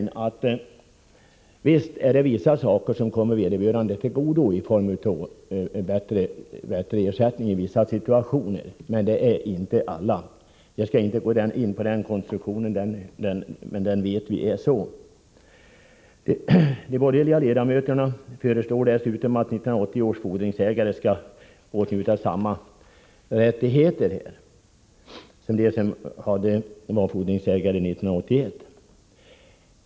Visst är det vissa saker som kommer vederbörande till godo, Rune Carlstein, i form av bättre ersättning i vissa situationer. Men det gäller inte alla. Jag skall inte gå närmare in på konstruktionen, men vi vet att det är så. De borgerliga ledamöterna föreslår dessutom att 1980 års fordringsägare skall åtnjuta samma rättigheter som de som var fordringsägare 1981.